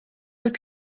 oedd